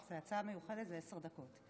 לא, זו הצעה מיוחדת, זה עשר דקות.